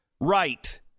Right